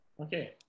Okay